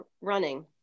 running